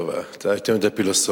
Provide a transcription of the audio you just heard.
טוב, אתה יותר מדי פילוסוף.